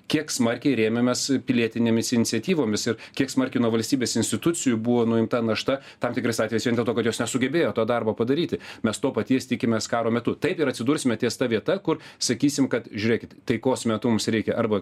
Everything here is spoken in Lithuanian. kiek smarkiai rėmėmės pilietinėmis iniciatyvomis ir kiek smarkiai nuo valstybės institucijų buvo nuimta našta tam tikrais atvejais vien dėl to kad jos nesugebėjo to darbo padaryti mes to paties tikimės karo metu taip ir atsidursime ties ta vieta kur sakysim kad žiūrėkit taikos metu mums reikia arba